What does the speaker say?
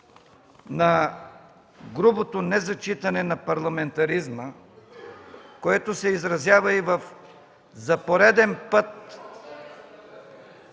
на грубото незачитане на парламентаризма, което се изразява за пореден път